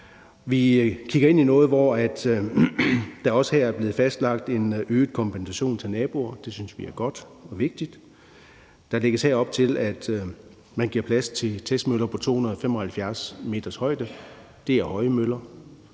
Vi kigger ind i noget, hvor der også her er blevet fastlagt en øget kompensation til naboer, og det synes vi er godt og vigtigt. Der lægges her op til, at man giver plads til testmøller på 275 meters højde. Det er høje møller.